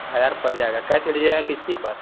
हज़ार का पड़ जाएगा कैश में लीजिएगा किश्त पर